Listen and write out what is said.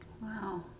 Wow